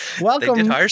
Welcome